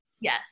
Yes